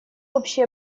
общее